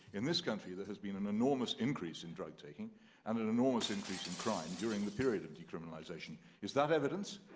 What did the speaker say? in this country, there has been an enormous increase in drug-taking and an enormous increase in crime during the period of decriminalization. is that evidence?